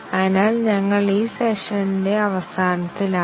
അതിനാൽ ഞങ്ങൾ ഈ സെഷന്റെ അവസാനത്തിലാണ്